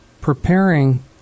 preparing